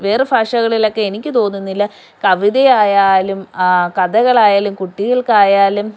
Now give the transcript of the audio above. വേറെ ഭാഷകളിലൊക്കെ എനിക്ക് തോന്നുന്നില്ല കവിത ആയാലും കഥകളായാലും കുട്ടികൾക്കായാലും